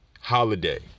holiday